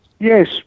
Yes